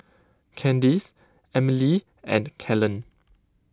Candyce Emelie and Kellen